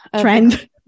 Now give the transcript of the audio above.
trend